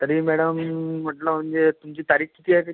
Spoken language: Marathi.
तरी मॅडम म्हटलं म्हणजे तुमची तारीख किती आहे तरी